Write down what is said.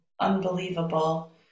unbelievable